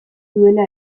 duela